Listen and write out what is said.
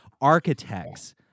architects